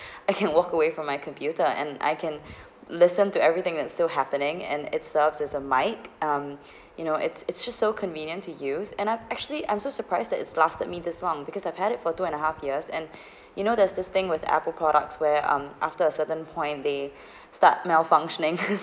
I can walk away from my computer and I can listen to everything that still happening and it serves as a mic um you know it's it's just so convenient to use and I actually I'm so surprised that it's lasted me this long because I've had it for two and a half years and you know there's this thing with Apple products where um after a certain point they start malfunctioning